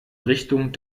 richtung